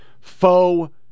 Faux